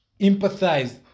empathize